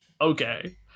okay